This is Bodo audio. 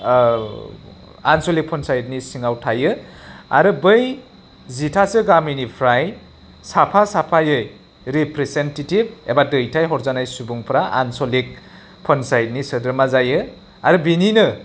आन्सलिक पन्सायतनि सिङाव थायो आरो बै जिथासो गामिनिफ्राय साफा साफायै रिप्रेजेन्टेटिभ एबा दैथायहरजानाय सुबुंफ्रा आन्सलिक पन्सायतनि सोद्रोमा जायो आरो बेनिनो